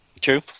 True